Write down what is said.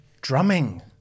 Drumming